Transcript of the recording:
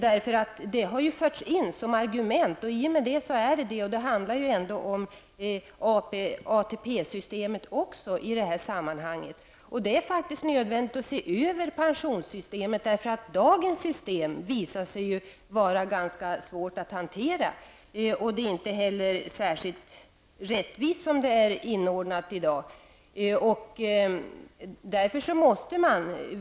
Den aspekten har ju anförts som argument, och i och med det handlar det också om dem. Det handlar också om ATP-systemet i detta sammanhang. Det är nödvändigt att se över pensionssystemet, eftersom dagens system visat sig vara ganska svårt att hantera. Det är inte heller särskilt rättvist som det är upplagt i dag.